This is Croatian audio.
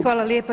Hvala lijepo.